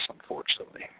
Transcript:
unfortunately